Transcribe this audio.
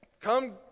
come